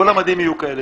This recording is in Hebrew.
כל המדים יהיו כאלה,